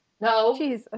no